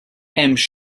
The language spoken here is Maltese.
hemmx